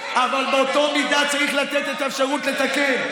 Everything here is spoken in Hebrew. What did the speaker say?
אבל באותה מידה צריך לתת את האפשרות לתקן.